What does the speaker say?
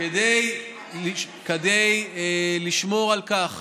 כדי לשמור על כך